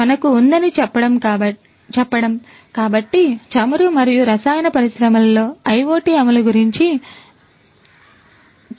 మనకు ఉందని చెప్పడం కాబట్టి చమురు మరియు రసాయన పరిశ్రమలో IoT అమలు గురించి చూడటం